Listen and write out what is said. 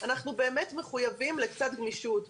אנחנו באמת מחויבים לקצת גמישות.